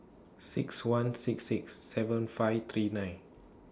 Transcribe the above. six one six six seven five three nine